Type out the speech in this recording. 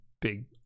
big